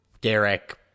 Derek